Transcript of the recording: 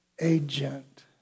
agent